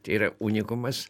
tai yra unikumas